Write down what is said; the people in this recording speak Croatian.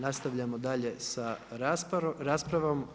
Nastavljamo dalje sa raspravom.